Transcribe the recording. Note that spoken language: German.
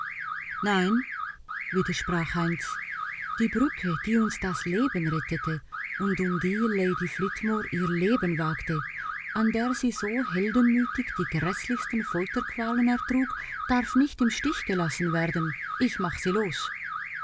nein widersprach heinz die brücke die uns das leben rettete und um die lady flitmore ihr leben wagte an der sie so heldenmütig die gräßlichsten folterqualen ertrug darf nicht im stiche gelassen werden ich mache sie los